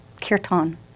kirtan